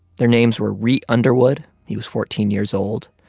their names were reat underwood. he was fourteen years old.